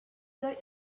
your